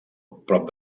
prop